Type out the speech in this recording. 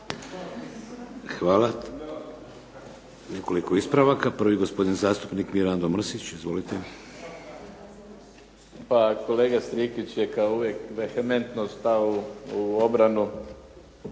Hvala. Nekoliko ispravaka prvi gospodin zastupnik Mirando Mrsić. **Mrsić, Mirando (SDP)** Pa kolega Strikić je kao uvijek vehementno stao u obranu